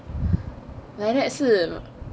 like that 是